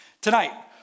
Tonight